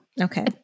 Okay